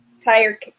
tire